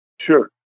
Sure